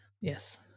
yes